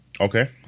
Okay